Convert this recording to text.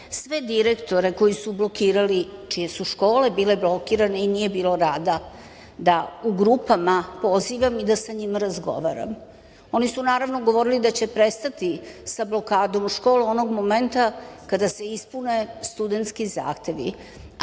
sve direktore koji su blokirali, čije su škole bile blokirane i nije bilo rada, da u grupama pozivam i da sa njima razgovaram. Oni su naravno govorili da će prestati sa blokadom u školi onog momenta kada se ispune studentski zahtevi,